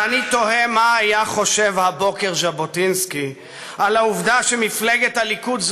ואני תוהה מה היה חושב הבוקר ז'בוטינסקי על העובדה שמפלגת הליכוד,